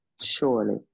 Surely